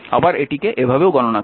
আবার এটিকে এভাবেও গণনা করতে পারেন